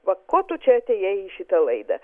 va ko tu čia atėjai į šitą laidą